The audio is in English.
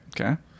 Okay